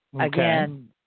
Again